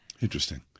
Interesting